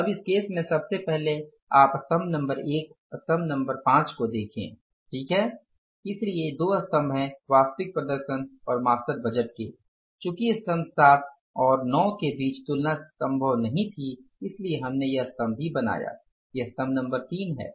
अब इस केस में सबसे पहले आप स्तम्भ नंबर 1 स्तम्भ नंबर ५ को देखे ठीक है इसलिए ये दो स्तम्भ हैं वास्तविक प्रदर्शन और मास्टर बजट के चूंकि स्तम्भ ७ और ९ के बीच तुलना संभव नहीं थी इसलिए हमने यह स्तम्भ भी बनाया यह स्तम्भ नंबर 3 है